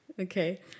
Okay